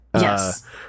Yes